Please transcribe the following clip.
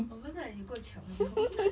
我们真的有够穷 eh hor